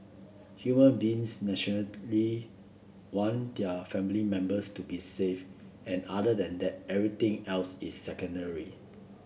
human beings naturally want their family members to be safe and other than that everything else is secondary